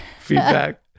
feedback